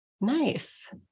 Nice